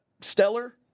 stellar